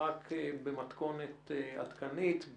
רק במתכונת עדכנית,